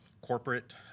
corporate